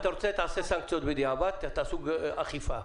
אתה רוצה, תעשה סנקציות בדיעבד, תעשו בקרה ואכיפה.